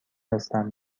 هستم